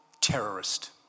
Terrorist